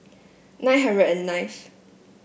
nine hundred and ninth